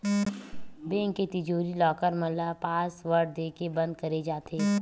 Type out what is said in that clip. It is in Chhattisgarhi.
बेंक के तिजोरी, लॉकर मन ल पासवर्ड देके बंद करे जाथे